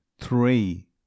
three